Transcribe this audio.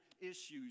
issues